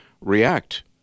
react